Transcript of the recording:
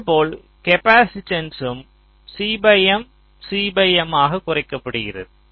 இதேபோல் காப்பாசிட்டன்ஸ்மும் CM CM ஆக குறைக்கப்படுகிறது